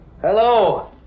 Hello